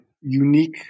unique